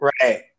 Right